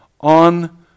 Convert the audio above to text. on